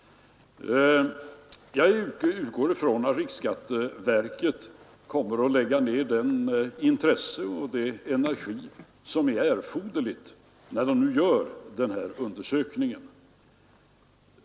Jag utgår ifrån att riksskatteverket kommer att lägga ner det intresse och den energi som erfordras när verket nu gör den här undersökningen.